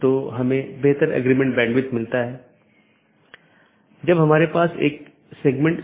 और फिर दूसरा एक जीवित है जो यह कहता है कि सहकर्मी उपलब्ध हैं या नहीं यह निर्धारित करने के लिए कि क्या हमारे पास वे सब चीजें हैं